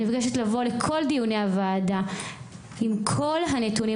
אני מבקשת לבוא לכל דיוני הוועדה עם כל הנתונים.